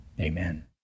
amen